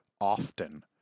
often